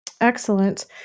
excellent